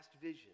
vision